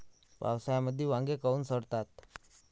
पावसाळ्यामंदी वांगे काऊन सडतात?